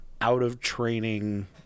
out-of-training